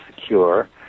secure